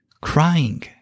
Crying